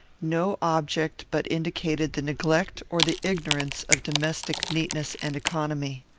no object but indicated the neglect or the ignorance of domestic neatness and economy.